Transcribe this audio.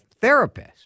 therapist